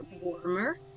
warmer